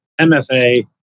MFA